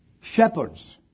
shepherds